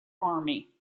army